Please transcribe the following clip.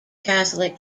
catholic